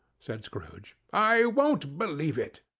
said scrooge. i won't believe it.